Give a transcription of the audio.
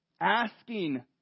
asking